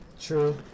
True